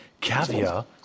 caviar